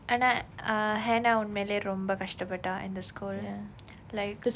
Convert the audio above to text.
ஆனா:aanaa ah hannah உண்மையிலேயே ரொம்ப கஷ்டப்பட்டா:unmaiyile romba kasthapattaa in the school like